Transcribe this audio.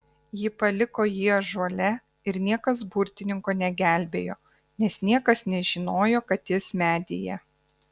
ji paliko jį ąžuole ir niekas burtininko negelbėjo nes niekas nežinojo kad jis medyje